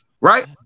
right